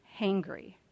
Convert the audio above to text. hangry